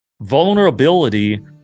Vulnerability